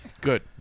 Good